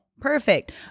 perfect